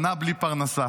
שנה בלי פרנסה.